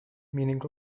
meaning